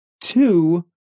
Two